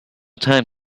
time